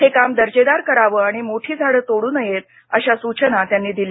हे काम दर्जेदार करावं आणि मोठी झाडं तोडू नयेत अश्या सूचना त्यांनी दिल्या